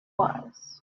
wise